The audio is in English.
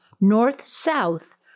north-south